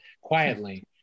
quietly